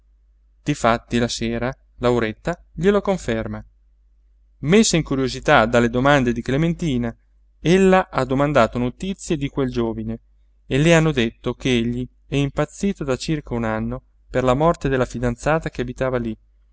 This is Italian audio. matto difatti la sera lauretta glielo conferma messa in curiosità dalle domande di clementina ella ha domandato notizie di quel giovine e le hanno detto ch'egli è impazzito da circa un anno per la morte della fidanzata che abitava lí